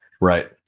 Right